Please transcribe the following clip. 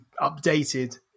updated